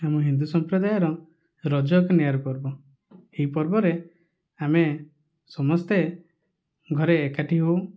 ଆମ ହିନ୍ଦୁ ସମ୍ପ୍ରଦାୟର ରଜ ଏକ ନିଆରା ପର୍ବ ଏହି ପର୍ବରେ ଆମେ ସମସ୍ତେ ଘରେ ଏକାଠି ହେଉ